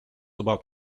about